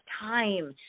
time